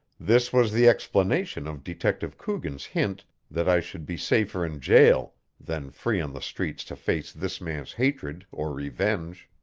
this was the explanation of detective coogan's hint that i should be safer in jail than free on the streets to face this man's hatred or revenge.